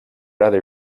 other